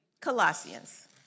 Colossians